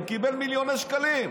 הוא קיבל מיליוני שקלים.